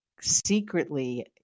secretly